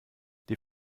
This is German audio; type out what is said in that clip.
die